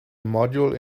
module